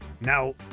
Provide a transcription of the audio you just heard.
now